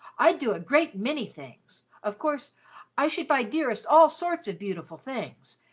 i'd do a great many things. of course i should buy dearest all sorts of beautiful things,